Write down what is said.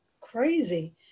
crazy